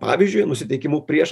pavyzdžiu nusiteikimu prieš